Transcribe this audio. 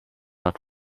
not